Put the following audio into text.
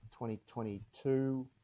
2022